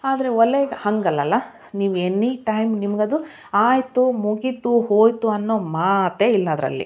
ಆದರೆ ಒಲೆಗೆ ಹಾಗ್ ಅಲ್ಲಲ್ಲ ನೀವು ಎನಿ ಟೈಮ್ ನಿಮ್ಗೆ ಅದು ಆಯಿತು ಮುಗೀತು ಹೋಯಿತು ಅನ್ನೋ ಮಾತೇ ಇಲ್ಲ ಅದರಲ್ಲಿ